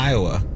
Iowa